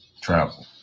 Travel